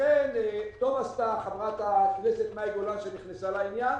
לכן טוב עשתה חברת הכנסת מאי גולן שנכנסה לעניין.